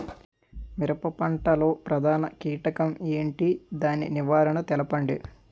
మిరప పంట లో ప్రధాన కీటకం ఏంటి? దాని నివారణ తెలపండి?